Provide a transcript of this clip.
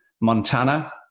Montana